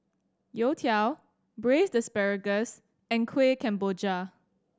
Youtiao Braised Asparagus and Kueh Kemboja